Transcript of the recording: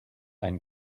ein